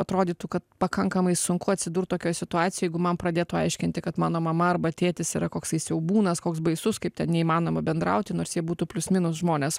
atrodytų kad pakankamai sunku atsidurt tokioj situacijoj jeigu man pradėtų aiškinti kad mano mama arba tėtis yra koksai siaubūnas koks baisus kaip neįmanoma bendrauti nors jie būtų plius minus žmonės